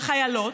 לחיילות,